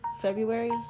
February